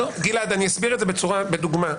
אני אסביר את זה באמצעות דוגמה,